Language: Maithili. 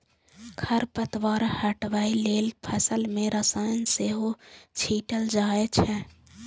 खरपतवार हटबै लेल फसल मे रसायन सेहो छीटल जाए छै